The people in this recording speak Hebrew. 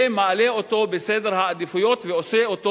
ומעלה אותו בסדר העדיפויות ועושה אותו